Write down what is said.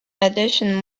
addition